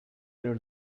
there